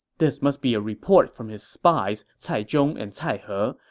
this must be a report from his spies cai zhong and cai he,